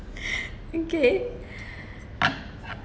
okay